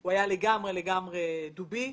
הוא היה לגמרי לגמרי דובי.